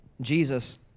Jesus